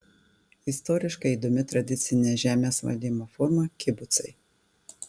istoriškai įdomi tradicinė žemės valdymo forma kibucai